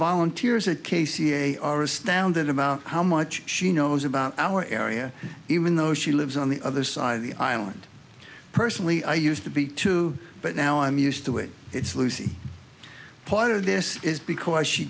volunteers a k c a are astounded about how much she knows about our area even though she lives on the other side of the island personally i used to be too but now i'm used to it it's lucy part of this is because she